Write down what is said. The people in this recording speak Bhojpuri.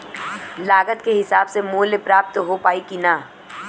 लागत के हिसाब से मूल्य प्राप्त हो पायी की ना?